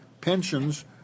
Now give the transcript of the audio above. pensions